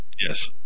Yes